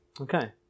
Okay